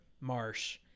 Marsh